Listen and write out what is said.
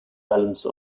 balance